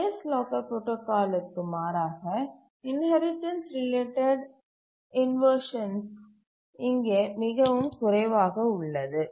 highest locker புரோடாகாலுக்கு மாறாக inheritance related inversions இங்கே மிகவும் குறைவாக உள்ளது